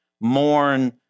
mourn